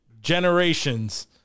generations